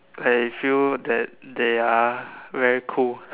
I feel that they are very cool